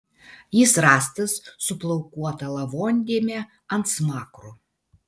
jis rastas su plaukuota lavondėme ant smakro